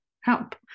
help